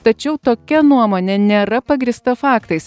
tačiau tokia nuomonė nėra pagrįsta faktais